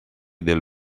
del